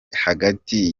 hagati